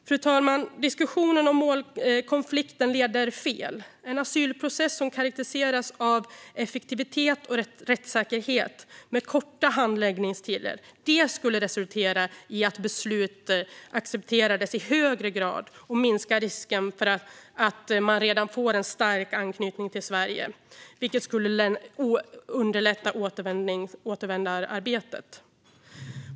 Fru talman! Diskussionen om målkonflikter leder fel. En asylprocess som karakteriseras av effektivitet och rättssäkerhet med korta handläggningstider skulle resultera i beslut som accepteras i högre grad och minska risken för att man får en stark anknytning till Sverige. Detta skulle underlätta återvändandearbetet.